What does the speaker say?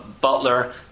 Butler